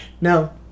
no